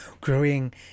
growing